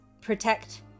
Protect